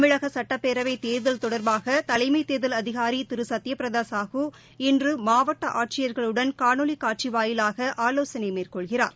தமிழக சுட்டப்பேரவைத் தேர்தல் தொடர்பாக தலைமை தேர்தல் அதிகாரி திரு சத்யபிரதா சாஹூ இன்று மாவட்ட ஆட்சியர்களுடன் காணொலி காட்சி வாயிலாக ஆலோசனை மேற்கொள்கிறார்